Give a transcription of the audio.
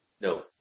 no